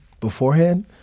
beforehand